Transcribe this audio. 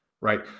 right